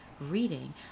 reading